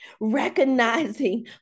recognizing